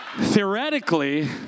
Theoretically